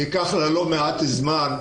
ייקח לה לא מעט זמן,